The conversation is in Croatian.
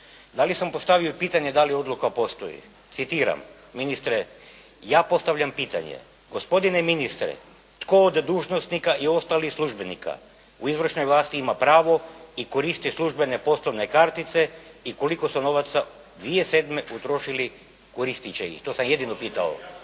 da li sam postavio pitanje da li odluka postoji? Citiram ministre, "ja postavljam pitanje, gospodine ministre, tko od dužnosnika i ostalih službenika u izvršnoj vlasti ima pravo i koristi službene poslovne kartice i koliko su novaca 2007. utrošili koristeći" i to sam jedino pitao.